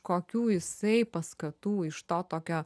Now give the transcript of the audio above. kokių jisai paskatų iš to tokio